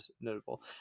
notable